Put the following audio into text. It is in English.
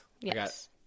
Yes